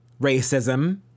racism